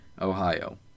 Ohio